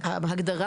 מזכירה